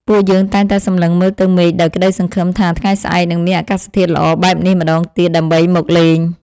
ពួកយើងតែងតែសម្លឹងមើលទៅមេឃដោយក្ដីសង្ឃឹមថាថ្ងៃស្អែកនឹងមានអាកាសធាតុល្អបែបនេះម្ដងទៀតដើម្បីមកលេង។